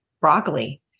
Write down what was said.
broccoli